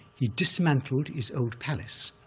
he dismantled his old palace,